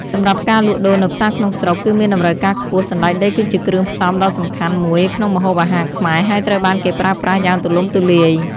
សំរាប់ការលក់ដូរនៅផ្សារក្នុងស្រុក គឺមានតម្រូវការខ្ពស់ សណ្តែកដីគឺជាគ្រឿងផ្សំដ៏សំខាន់មួយក្នុងម្ហូបអាហារខ្មែរ ហើយត្រូវបានគេប្រើប្រាស់យ៉ាងទូលំទូលាយ។